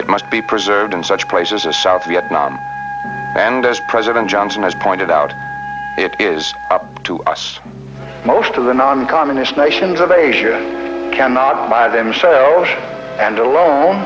it must be preserved in such places as south vietnam and as president johnson has pointed out it is up to us most of the non communist nations of asia cannot by themselves and alone